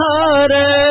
Hare